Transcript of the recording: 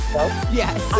Yes